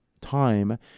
time